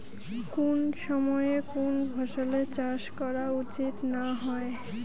কুন সময়ে কুন ফসলের চাষ করা উচিৎ না হয়?